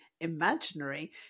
imaginary